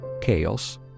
chaos